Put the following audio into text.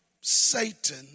Satan